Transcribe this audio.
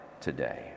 today